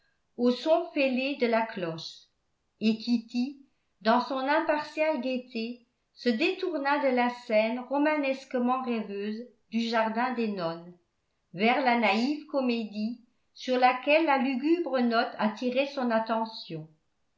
au son fêlé de la cloche et kitty dans son impartiale gaieté se détourna de la scène romanesquement rêveuse du jardin des nonnes vers la naïve comédie sur laquelle la lugubre note attirait son attention